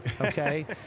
okay